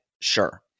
sure